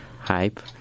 Hype